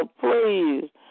please